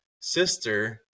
sister